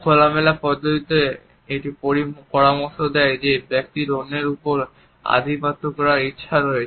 খোলামেলা পদ্ধতিতে এটি পরামর্শ দেয় যে ব্যক্তির অন্যের উপর আধিপত্য করার ইচ্ছা রয়েছে